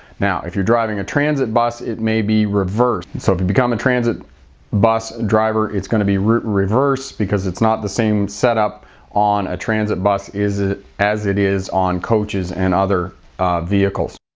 now if you're driving a transit bus it may be reversed. so if you become a transit bus driver, it's going to be reverse because it's not the same setup on a transit bus, as it as it is on coaches and other vehicles.